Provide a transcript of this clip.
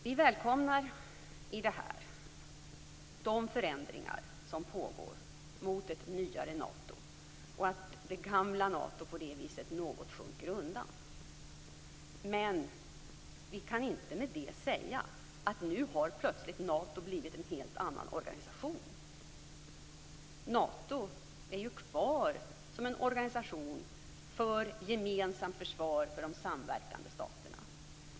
Vi välkomnar i detta sammanhang de förändringar som pågår mot ett nyare Nato och att det gamla Nato på det viset något sjunker undan, men vi kan inte med det säga att Nato nu plötsligt har blivit en helt annan organisation. Nato är ju kvar som en organisation för gemensamt försvar för de samverkande staterna.